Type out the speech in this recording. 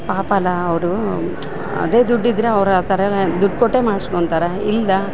ಪಾಪ ಅಲ್ಲ ಅವರು ಅದೇ ದುಡ್ಡು ಇದ್ರೆ ಅವ್ರ ಥರಾ ದುಡ್ಡು ಕೊಟ್ಟೆ ಮಾಡಿಸ್ಕೊಂತಾರೆ ಇಲ್ದ